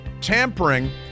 tampering